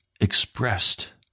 expressed